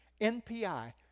npi